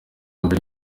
mbere